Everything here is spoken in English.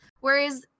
Whereas